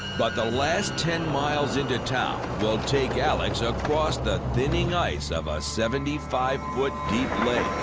but the last ten miles into town will take alex across the thinning ice of a seventy five foot deep lake.